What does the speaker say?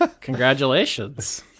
Congratulations